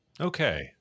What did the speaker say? okay